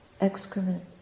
excrement